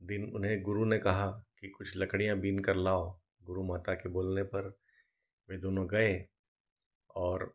दिन गुरु ने कहा कुछ लकड़ियाँ बिन कर लाओ वो माता के बोलने पर वे दोनों गए और